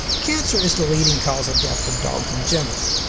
cancer is the leading cause of death for dogs in general,